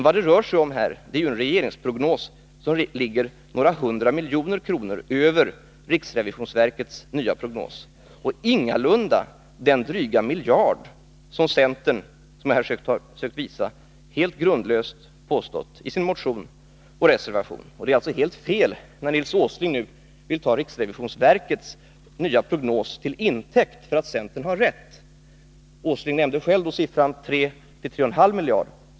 Vad det rör sig om är en regeringsprognos som ligger några hundra miljoner kronor över riksrevisionsverkets nya prognos och ingalunda den dryga miljard som centern, som jag här sökt visa, helt grundlöst påstått i sin motion och reservation. Det är alltså helt fel när Nils 19 Åsling nu vill ta riksrevisionsverkets nya prognos till intäkt för att centern har rätt. Han nämnde själv siffran 3-3,5 miljarder.